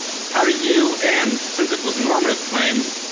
how do you, and since it was a normative claim,